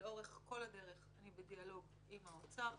לאורך כל הדרך אני בדיאלוג עם האוצר,